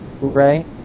right